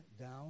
down